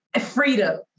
freedom